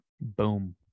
Boom